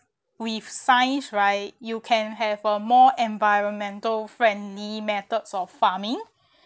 with science right you can have a more environmental friendly methods of farming